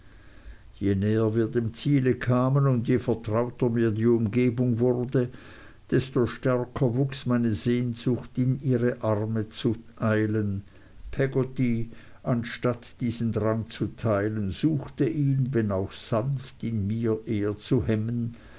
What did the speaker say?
je näher wir dem ziele kamen und je vertrauter mir die umgebung wurde desto stärker wuchs meine sehnsucht in ihre arme zu eilen peggotty anstatt diesen drang zu teilen suchte ihn wenn auch sanft in mir eher zu hemmen